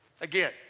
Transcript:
Again